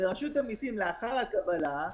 רגע.